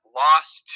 lost